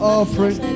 offering